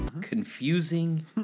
Confusing